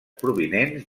provinents